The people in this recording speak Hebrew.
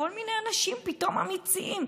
כל מיני אנשים פתאום אמיצים,